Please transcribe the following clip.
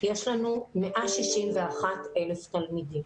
יש לנו 161,000 תלמידים.